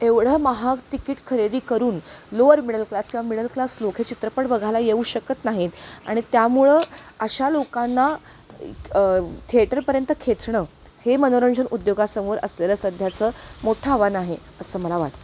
एवढं महाग तिकीट खरेदी करून लोअर मिडल क्लास किंवा मिडल क्लास लोक हे चित्रपट बघायला येऊ शकत नाहीत आणि त्यामुळं अशा लोकांना थेटरपर्यंत खेचणं हे मनोरंजन उद्योगासमोर असलेलं सध्याचं मोठं आव्हान आहे असं मला वाटतं